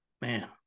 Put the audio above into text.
man